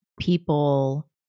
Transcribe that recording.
people